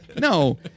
no